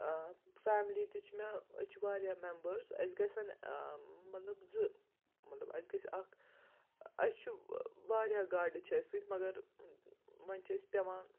family تہِ چھِ مےٚ أسۍ چھِ واریاہ مٮ۪مبٲرٕس اَسہِ گَژھن مطلب زٕ مطلب اَسہِ گژھِ اَکھ اَسہِ چھُ واریاہ گاڑِ چھِ اَسہِ سۭتۍ مگر وۄنۍ چھِ أسۍ پٮ۪وان